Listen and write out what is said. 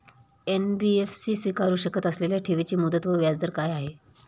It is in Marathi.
एन.बी.एफ.सी स्वीकारु शकत असलेल्या ठेवीची मुदत व व्याजदर काय आहे?